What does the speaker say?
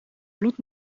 bloed